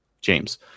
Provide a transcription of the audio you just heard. James